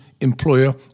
employer